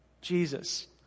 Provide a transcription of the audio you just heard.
Jesus